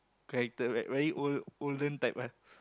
character right very old olden type one